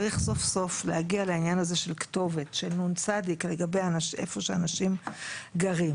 צריך סוף סוף להגיע לעניין הזה של כתובת של נ.צ לגבי איפה שהאנשים גרים,